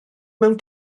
mewn